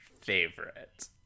favorite